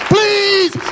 Please